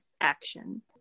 action